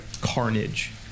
carnage